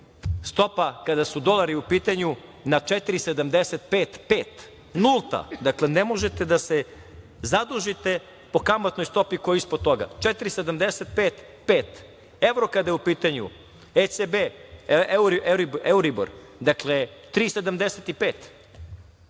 stopa kada su dolari u pitanju na 4,75, pet, nulta. Dakle, ne možete da se zadužite po kamatnoj stopi koja je ispod toga - 4,75, 5. Evro kada je u pitanju, ECB, euribor, dakle 3, 75,